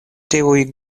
tiuj